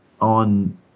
on